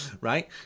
right